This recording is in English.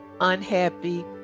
unhappy